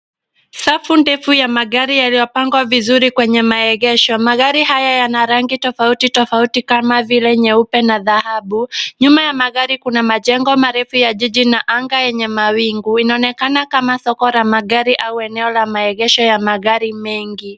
Safu ndefu ya magari yaliyopangwa vizuri kwenye maegesho. Magari haya yana rangi tofauti tofauti kama vile nyeupe na dhahabu. Nyuma ya magari kuna majengo marefu ya jiji na anga yenye mawingu. Inaonekana kama soko la magari au eneo la maegesho ya magari mengi.